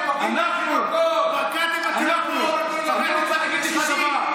אנחנו לא מוסיפים לקצבאות?